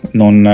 non